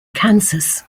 kansas